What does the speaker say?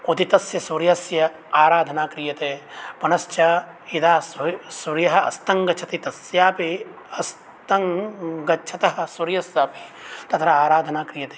उदितस्य सूर्यस्य आराधना क्रियते पुनश्च यदा सु सूर्यः अस्तङ्गच्छति तस्यापि अस्तङ्गच्छतः सूर्यस्यापि तत्र आराधना क्रियते